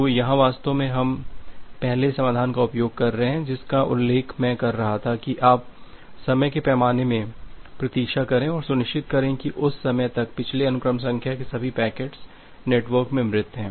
तो यहाँ वास्तव में हम पहले समाधान का उपयोग कर रहे हैं जिसका उल्लेख मैं कर रहा था की आप समय के पैमाने में प्रतीक्षा करें और सुनिश्चित करें कि उस समय तक पिछले अनुक्रम संख्या के सभी पैकेट्स नेटवर्क में मृत हैं